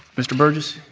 mr. burgess?